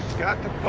got to